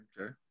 Okay